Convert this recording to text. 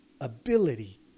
ability